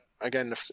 again